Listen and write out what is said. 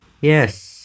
Yes